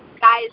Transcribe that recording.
Guys